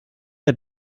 hat